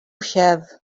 have